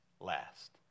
last